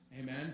Amen